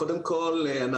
קודם כל,